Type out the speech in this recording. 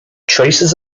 traces